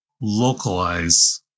localize